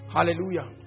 Hallelujah